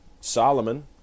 Solomon